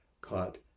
caught